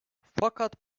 fakat